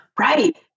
right